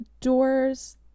doors